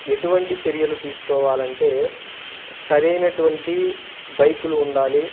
ఎటువంటి చర్యలు తీసుకోవాలంటే సరైనటువంటి బైకులు ఉండాలి